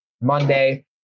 Monday